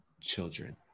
children